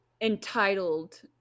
entitled